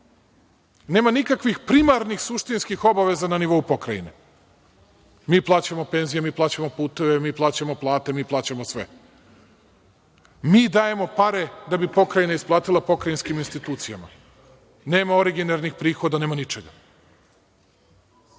Nema nikakvih primarnih suštinskih obaveza na nivou Pokrajine. Mi plaćamo penzije, mi plaćamo puteve, mi plaćamo plate, mi plaćamo sve. Mi dajemo pare da bi Pokrajina isplatila pokrajinskim institucijama. Nema originarnih prihoda, nema ničega. Koliko